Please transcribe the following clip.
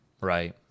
right